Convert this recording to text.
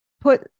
put